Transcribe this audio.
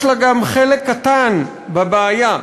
יש לה גם חלק קטן בבעיה.